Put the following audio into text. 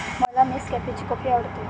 मला नेसकॅफेची कॉफी आवडते